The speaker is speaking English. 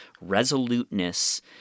resoluteness